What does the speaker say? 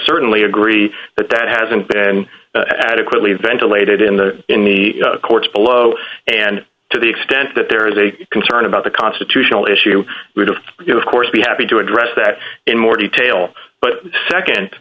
certainly agree that that hasn't been adequately ventilated in the in the courts below and to the extent that there is a concern about the constitutional issue we have of course be happy to address that in more detail but